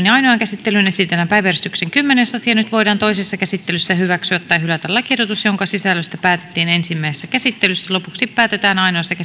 ja ainoaan käsittelyyn esitellään päiväjärjestyksen kymmenes asia nyt voidaan toisessa käsittelyssä hyväksyä tai hylätä lakiehdotus jonka sisällöstä päätettiin ensimmäisessä käsittelyssä lopuksi päätetään ainoassa